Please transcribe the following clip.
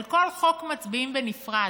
על כל חוק מצביעים בנפרד.